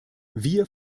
wir